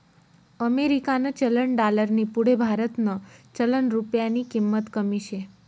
अमेरिकानं चलन डालरनी पुढे भारतनं चलन रुप्यानी किंमत कमी शे